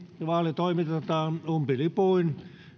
vaali toimitetaan umpilipuin